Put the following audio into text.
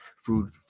food